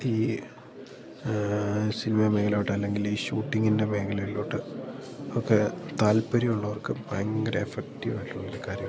ഈ സിനിമയിലോട്ടല്ലെങ്കിലീ ഷൂട്ടിംഗിൻ്റെ മേഖലയിലോട്ട് ഒക്കെ താൽപ്പര്യം ഉള്ളവർക്ക് ഭയങ്കര എഫക്റ്റീവായിട്ടുള്ളൊരു കാര്യമാണ്